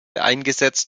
eingesetzt